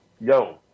Yo